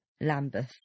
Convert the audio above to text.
Lambeth